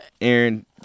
Aaron